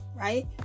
right